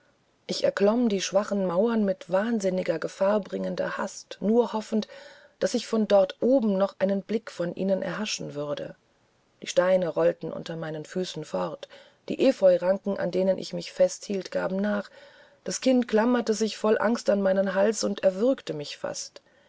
ich erklomm die schwache mauer mit wahnsinniger gefahrbringender hast nur hoffend daß ich von dort oben noch einen blick von ihnen erhaschen würde die steine rollten unter meinen füßen fort die epheuranken an denen ich mich festhielt gaben nach das kind klammerte sich voll angst an meinen hals und erwürgte mich fast